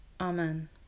Amen